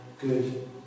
good